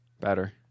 Better